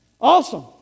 Awesome